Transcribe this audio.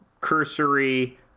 cursory